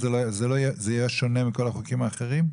זה יהיה שונה מכל החוקים האחרים?